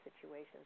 situations